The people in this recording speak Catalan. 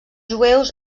jueus